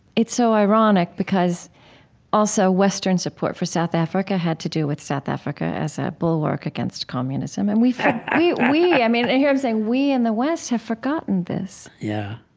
it's so ironic because also western support for south africa had to do with south africa as a bulwark against communism and we i we i mean, here i'm saying we in the west have forgotten this yeah.